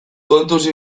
kontuz